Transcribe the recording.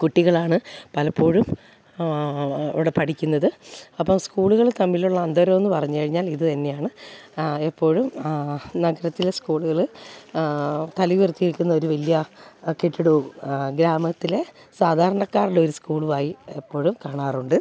കുട്ടികളാണ് പലപ്പോഴും അവിടെ പഠിക്കുന്നത് അപ്പോള് സ്കൂളുകള് തമ്മിലുള്ള അന്തരമെന്നു പറഞ്ഞുകഴിഞ്ഞാലിത് തന്നെയാണ് എപ്പോഴും ആ നഗരത്തിലെ സ്കൂളുകള് തല ഉയർത്തി നില്ക്കുന്നൊരു വലിയ കെട്ടിടവും ഗ്രാമത്തിലെ സാധാരണക്കാരിലൊരു സ്കൂളും ആയി എപ്പോഴും കാണാറുണ്ട്